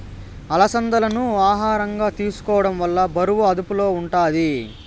అలసందాలను ఆహారంగా తీసుకోవడం వల్ల బరువు అదుపులో ఉంటాది